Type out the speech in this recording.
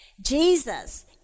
Jesus